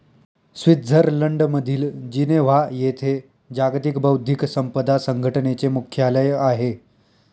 स्वित्झर्लंडमधील जिनेव्हा येथे जागतिक बौद्धिक संपदा संघटनेचे मुख्यालय आहे